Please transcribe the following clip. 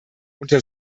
unter